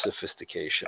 sophistication